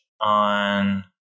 on